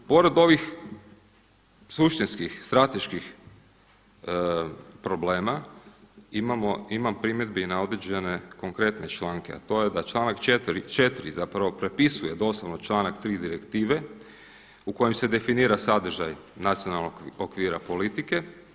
Pored ovih suštinskih strateških problema, imam primjedbe i na određene konkretne članke, a to je da članak 4. zapravo prepisuje doslovno članak 3. direktive u kojem se definira sadržaj nacionalnog okvira politike.